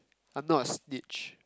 I'm not a snitch